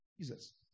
Jesus